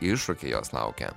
iššūkiai jos laukia